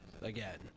again